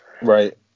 Right